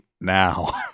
now